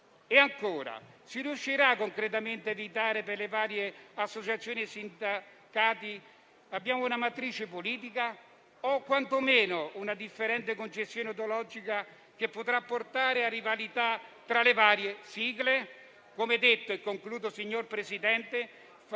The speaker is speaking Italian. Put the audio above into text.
E ancora, si riuscirà concretamente a evitare per le varie associazioni sindacali una matrice politica o quantomeno una differente concezione ideologica che potrebbe portare a rivalità tra le varie sigle?